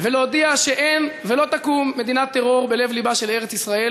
ולהודיע שאין ולא תקום מדינת טרור בלב-לבה של ארץ-ישראל,